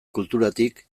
kulturatik